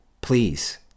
please